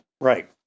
Right